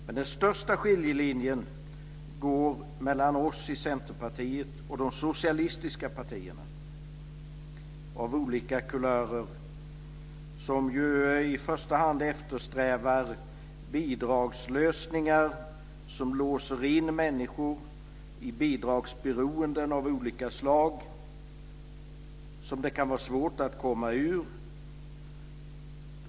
Men den största skiljelinjen går mellan Centerpartiet och de socialistiska partierna, av olika kulörer, som i första hand eftersträvar bidragslösningar som låser in människor i bidragsberoenden av olika slag som det kan vara svårt att komma ur.